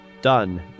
done